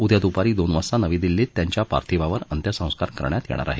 उद्या दुपारी दोन वाजता नवी दिल्लीत यांच्या पार्थिवावर अंत्यसंस्कार करण्यात येणार आहेत